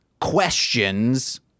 Questions